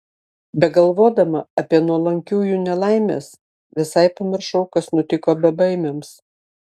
begalvodama apie nuolankiųjų nelaimes visai pamiršau kas nutiko bebaimiams